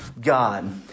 God